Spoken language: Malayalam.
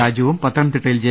രാജുവും പത്തനംതിട്ടയിൽ ജെ